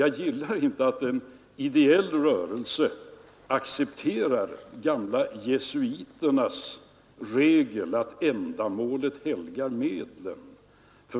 Jag gillar inte att en ideell rörelse 7 december 1972 tillämpar de gamla jesuiternas regel att ändamålet helgar medlen.